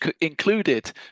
included